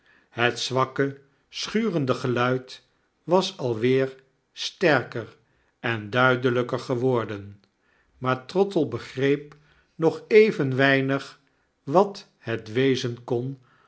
het zwakke schurende geluid was alweer sterker en duidelyker geworden maar trottle begreep nog even weinig wat het wezen kon